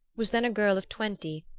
was then a girl of twenty,